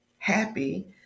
happy